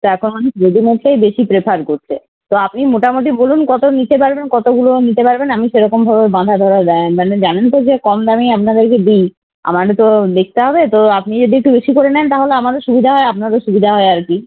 তো এখন রেডিমেডটাই বেশি প্রেফার করছে তো আপনি মোটামুটি বলুন কতো নিতে পারবেন কতোগুলো নিতে পারবেন আমি সেরকম ধরে বাঁধা ধরা দেন মানে জানেন তো যে কম দামেই আপনাদেরকে দিই আমারও তো দেখতে হবে তো আপনি যদি একটু বেশি করে নেন তাহলে আমারও সুবিধা হয় আপনারও সুবিধা হয় আর কী